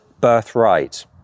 birthright